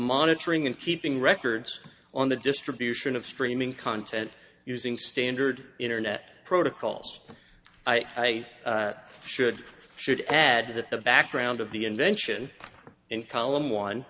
monitoring and keeping records on the distribution of streaming content using standard internet protocols i should should add that the background of the invention in column one